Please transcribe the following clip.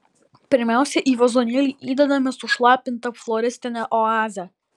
pirmiausia į vazonėlį įdedame sušlapintą floristinę oazę